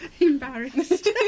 Embarrassed